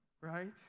right